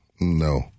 no